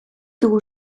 dugu